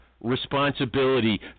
responsibility